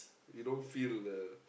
you don't feel the